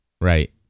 Right